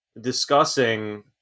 discussing